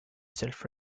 self